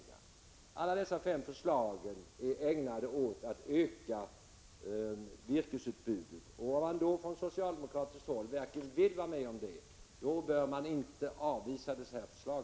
Alla dessa fem förslag är ägnade att öka virkesutbudet. Om man från socialdemokratiskt håll verkligen vill vara med om det bör man inte avvisa dessa förslag.